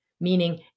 meaning